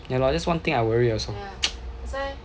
ya lor that's one thing I worry also